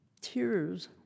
Tears